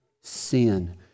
sin